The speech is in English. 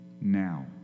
Now